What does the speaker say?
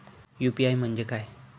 UPI म्हणजे काय?